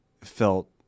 felt